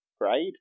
grade